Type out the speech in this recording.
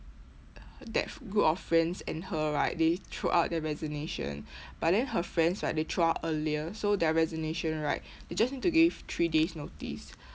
that group of friends and her right they throw out their resignation but then her friends right they throw out earlier so their resignation right they just need to give three days notice